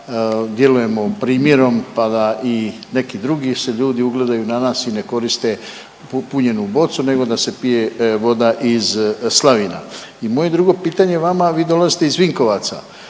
da djelujemo primjerom pa da i neki drugi se ljudi ugledaju na nas i ne koriste pupunjenu bocu nego da se pije voda iz slavina. I moje drugo pitanje vama, vi dolaze iz Vinkovaca,